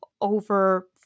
over